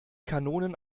kanonen